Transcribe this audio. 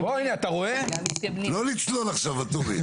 לא לצלול עכשיו, ואטורי.